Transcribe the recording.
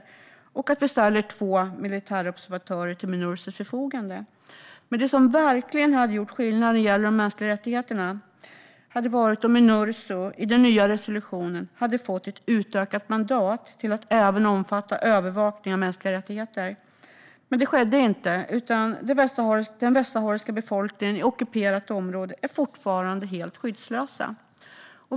Vidare har Sverige ställt två militärobservatörer till Minursos förfogande. Det som verkligen hade gjort skillnad när det gäller de mänskliga rättigheterna hade dock varit om Minurso i den nya resolutionen hade fått ett utökat mandat till att även omfatta övervakning av mänskliga rättigheter. Men det skedde inte. Den västsahariska befolkningen i ockuperat område är fortfarande helt skyddslös.